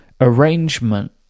arrangement